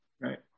Right